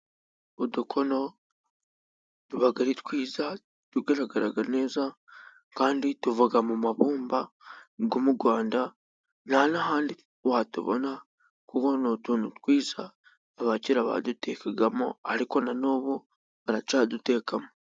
Udukono tuba ari twiza. Tugaragaraga neza kandi tuva mu ibumba ryo mu Rwanda nta n'ahandi watubona. Kuko ni utuntu twiza. Abakera badutekagamo ariko nan'ubu baracyadutekamo.